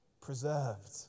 preserved